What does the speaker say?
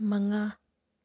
ꯃꯉꯥ